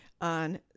on